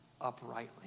uprightly